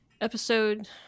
episode